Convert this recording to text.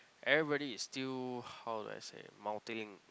everybody is still how do I say multilingual